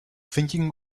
thinking